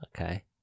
Okay